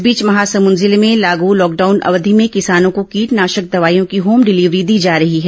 इस बीच महासमुंद जिले में लागू लॉकडाउन अवधि में किसानों को कीटनाशक दवाइयों की होम डिलीवरी दी जा रही है